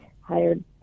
hired